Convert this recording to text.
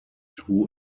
who